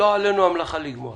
בסדר, לא עלינו המלאכה לגמור.